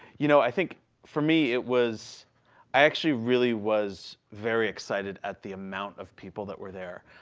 you know, i think for me it was i actually really was very excited at the amount of people that were there.